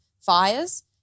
fires